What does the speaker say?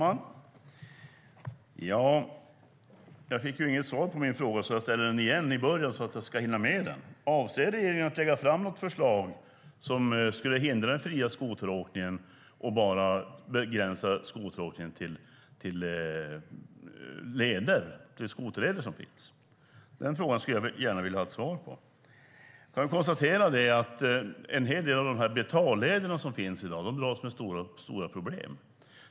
Fru talman! Jag fick ju inget svar på min fråga, så jag ställer den igen i början så att jag ska hinna med den: Avser regeringen att lägga fram något förslag som skulle hindra den fria skoteråkningen och begränsa den till de skoterleder som finns? Den frågan skulle jag gärna vilja ha ett svar på. Jag kan konstatera att en hel del av de betalleder som finns i dag dras med stora problem.